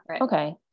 Okay